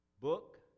Book